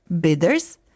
bidders